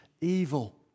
evil